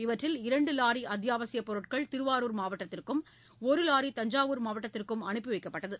இவற்றில் இரண்டு வாரி அத்தியாவசியப் பொருட்கள் திருவாரூர் மாவட்டத்திற்கும் ஒரு வாரி தஞ்சாவூர் மாவட்டத்திற்கு அனுப்பி வைக்கப்பட்டது